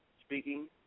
speaking